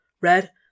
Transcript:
Red